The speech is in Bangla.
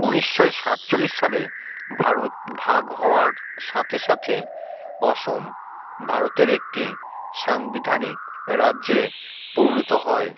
উনিশশো সাতচল্লিশ সালে ভারত ভাগ হওয়ার সাথে সাথে অসম ভারতের একটি সাংবিধানিক রাজ্যে পরিণত হয়